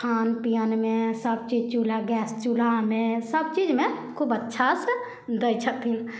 खान पीअनमे सब चीज चूल्हा गैस चूल्हामे सब चीजमे खूब अच्छा से दै छथिन